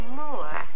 more